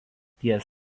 ties